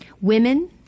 women